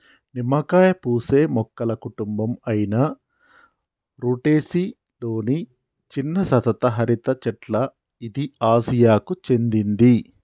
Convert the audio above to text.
నిమ్మకాయ పూసే మొక్కల కుటుంబం అయిన రుటెసి లొని చిన్న సతత హరిత చెట్ల ఇది ఆసియాకు చెందింది